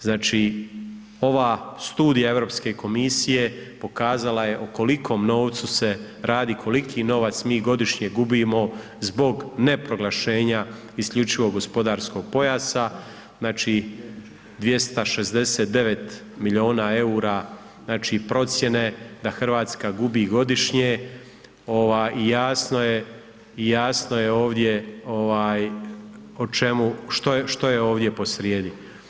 Znači, ova studija Europske komisije pokazala je o kolikom novcu se radi, koliko novac mi godišnje gubimo zbog neproglašenja isključivog gospodarskog pojasa, znači 269 miliona EUR-a, znači procjene da Hrvatska gubi godišnje ovaj i jasno je, jasno je ovdje ovdje o čemu, što je ovdje posrijedi.